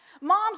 Moms